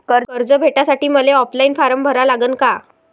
कर्ज भेटासाठी मले ऑफलाईन फारम भरा लागन का?